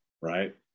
right